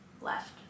left